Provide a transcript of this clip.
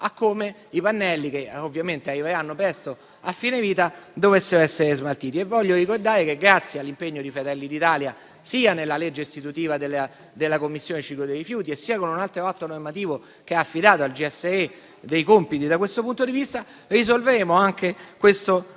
a come i pannelli, che ovviamente arriveranno presto a fine vita, dovessero essere smaltiti. Voglio ricordare che, grazie all'impegno di Fratelli d'Italia sia nella legge istitutiva della Commissione sul ciclo dei rifiuti, sia in un altro atto normativo che ha affidato al Gestore dei servizi energetici (GSE) alcuni compiti, risolveremo anche questo problema